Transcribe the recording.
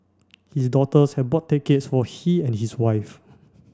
his daughters had bought tickets for he and his wife